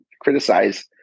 criticize